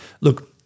Look